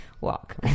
Walk